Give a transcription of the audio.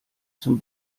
zum